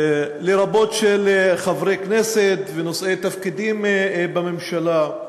לרבות של חברי כנסת ונושאי תפקידים בממשלה.